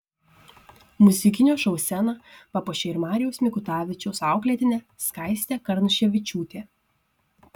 muzikinio šou sceną papuošė ir marijaus mikutavičiaus auklėtinė skaistė karnuševičiūtė